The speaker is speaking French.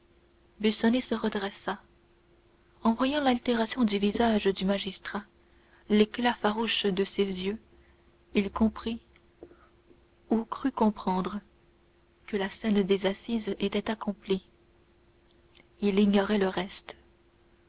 se redressa en voyant l'altération du visage du magistrat l'éclat farouche de ses yeux il comprit ou crut comprendre que la scène des assises était accomplie il ignorait le reste